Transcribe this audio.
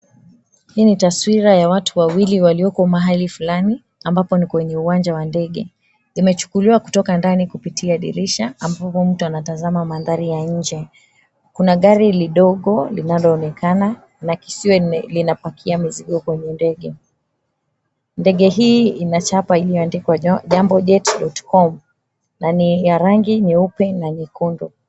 Hii ni taswira ya watu wawili walioko mahali fulani ambako ni kwenye uwanja wa ndege. Imechukuliwa kutoka ndani kupitia dirisha ambapo mtu anatazama mandhari ya inje. Kuna gari lidogo linaloonekana, inakisiwa linapakia mizigo kwenye ndege. Ndege hii inachapa iliyoandikwa, "Jambo Jet.com," na ni ya rangi nyeupe na nyekundu.